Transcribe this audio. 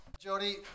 Jody